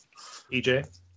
EJ